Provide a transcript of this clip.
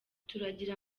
turagira